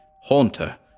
Haunter